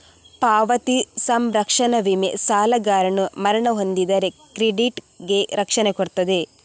ಪಾವತಿ ಸಂರಕ್ಷಣಾ ವಿಮೆ ಸಾಲಗಾರನು ಮರಣ ಹೊಂದಿದರೆ ಕ್ರೆಡಿಟ್ ಗೆ ರಕ್ಷಣೆ ಕೊಡ್ತದೆ